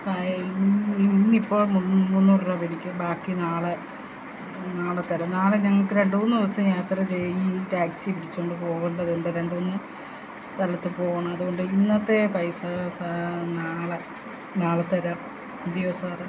ഇന്നിപ്പോള് മുന്നൂറു രൂപ പിടിക്ക് ബാക്കി നാളെ നാളെത്തരാം നാളെ ഞങ്ങള്ക്ക് രണ്ടുമൂന്ന് ദിവസം യാത്ര ചെയ്തു ടാക്സി പിടിച്ചോണ്ടു പോവേണ്ടതുണ്ട് രണ്ടു മൂന്ന് സ്ഥലത്തു പോകണം അതുകൊണ്ട് ഇന്നത്തെ പൈസ നാളെ നാളെത്തരാം മതിയോ സാറേ